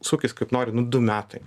sukis kaip nori nu du metai